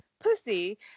pussy